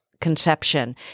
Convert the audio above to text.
conception